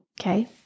Okay